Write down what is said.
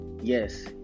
Yes